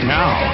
now